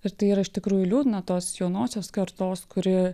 ir tai yra iš tikrųjų liūdna tos jaunosios kartos kuri